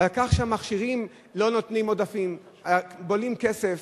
והמכשירים לא נותנים עודפים, בולעים כסף.